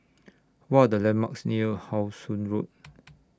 What Are The landmarks near How Sun Road